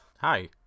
Hi